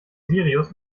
sirius